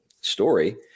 story